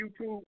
YouTube